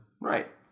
right